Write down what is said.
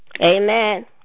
Amen